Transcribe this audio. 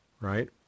right